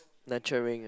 nurturing ah